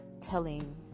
telling